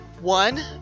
One